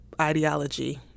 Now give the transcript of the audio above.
ideology